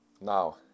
Now